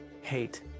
hate